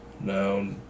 No